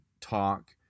talk